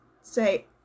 say